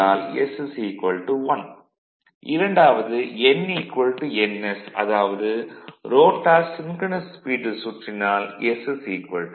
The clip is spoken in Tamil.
இரண்டாவது n ns அதாவது ரோட்டார் சின்க்ரனஸ் ஸ்பீடில் சுற்றினால் s 0